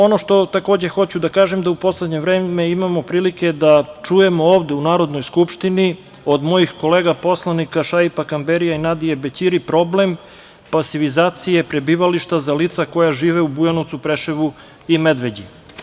Ono što hoću da kažem jeste da u poslednje vreme imamo priliku da čujemo ovde, u Narodnoj skupštini, od mojih kolega poslanika Šaipa Kamberija i Nadije Bećiri problem pasivizacije prebivališta za lica koja žive u Bujanovcu, Preševu i Medveđi.